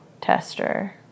tester